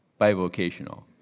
bivocational